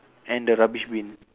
and the rubbish bin